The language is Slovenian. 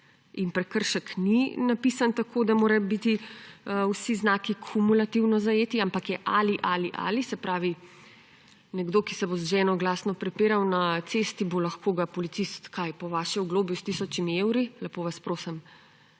in prekršek ni napisan tako, da morajo biti vsi znaki kumulativno zajeti, ampak je: ali, ali, ali. Se pravi, nekoga, ki se bo z ženo glasno prepiral na cesti, ga bo lahko policist – kaj? Po vaše oglobil s tisočimi evri? Lepo vas prosim,